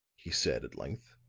he said, at length